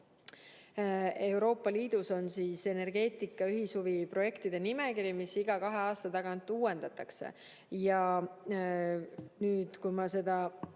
Euroopa Liidus on energeetika ühishuvide projektide nimekiri, mida iga kahe aasta tagant uuendatakse. Kui ma sellest